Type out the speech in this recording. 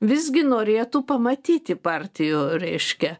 visgi norėtų pamatyti partijų reiškia